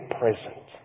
present